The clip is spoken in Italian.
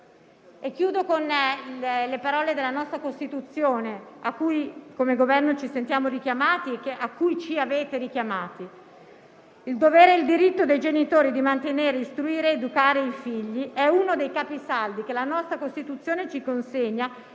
citando le parole della nostra Costituzione, a cui come Governo ci sentiamo richiamati e a cui ci avete richiamati: «È dovere e diritto dei genitori mantenere, istruire ed educare i figli». Si tratta di uno dei capisaldi che la nostra Costituzione ci consegna